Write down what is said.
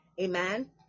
Amen